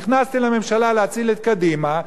נכנסתי לממשלה להציל את קדימה,